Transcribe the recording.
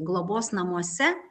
globos namuose